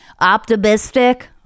optimistic